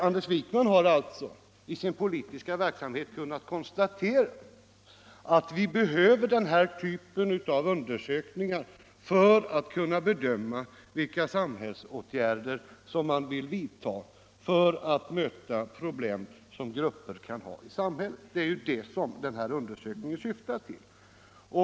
Anders Wijkman = rade personuppgifhar alltså i sin politiska verksamhet kunnat konstatera att vi behöver = ter denna typ av undersökningar för att kunna bedöma vilka samhällsåtgärder som bör vidtas i syfte att möta problem som olika grupper i samhället kan ha. Det är ju det som den aktuella undersökningen syftar till.